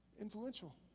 influential